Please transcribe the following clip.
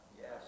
Yes